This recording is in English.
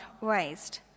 raised